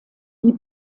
die